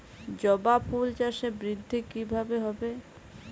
জবা ফুল চাষে বৃদ্ধি কিভাবে হবে?